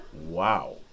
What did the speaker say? wow